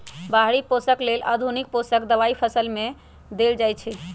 बाहरि पोषक लेल आधुनिक पोषक दबाई फसल में देल जाइछइ